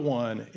one